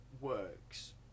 works